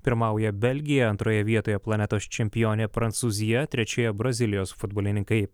pirmauja belgija antroje vietoje planetos čempionė prancūzija trečioje brazilijos futbolininkai